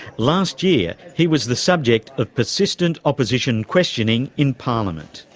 last year he was the subject of persistent opposition questioning in parliament.